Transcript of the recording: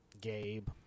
Gabe